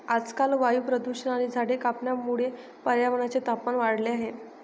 आजकाल वायू प्रदूषण आणि झाडे कापण्यामुळे पर्यावरणाचे तापमान वाढले आहे